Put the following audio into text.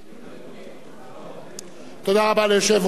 תודה רבה ליושב-ראש ועדת הכנסת.